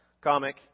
comic